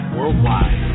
Worldwide